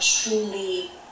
truly